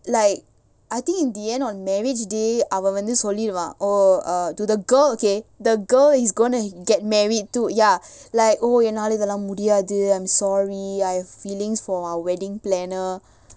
like I think in the end on marriage day அவ வந்து சொல்லிறுவா:ava vanthu solliruvaa oh uh to the girl okay the girl is gonna get married to ya like oh என்னால இதெல்லாம் முடியாது:ennala ithellaam mudiyaathu I'm sorry I have feelings for our wedding planner